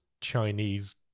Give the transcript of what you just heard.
Chinese